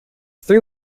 three